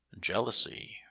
jealousy